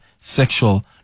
sexual